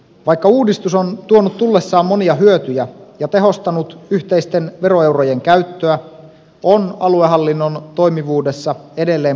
vaikka uudistus on tuonut tullessaan monia hyötyjä ja tehostanut yhteisten veroeurojen käyttöä on aluehallinnon toimivuudessa edelleen parantamisen varaa